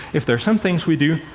if there's some things we do,